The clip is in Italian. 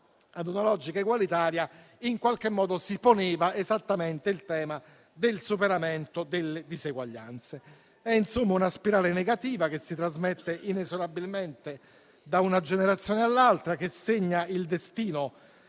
a una logica egualitaria e si poneva esattamente il tema del superamento delle diseguaglianze. È insomma una spirale negativa che si trasmette inesorabilmente da una generazione all'altra, che segna il destino